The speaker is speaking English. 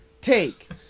take